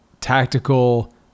tactical